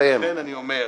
לכן אני אומר,